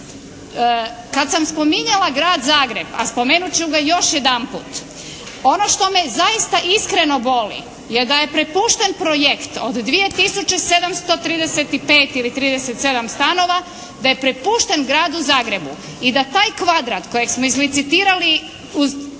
Kad sam spominjala Grad Zagreb, a spomenut ću ga još jedanput, ono što me zaista iskreno boli je da je prepušten projekt od 2735 ili 37 stanova, da je prepušten Gradu Zagrebu i da taj kvadrat kojeg smo izlicitirali uz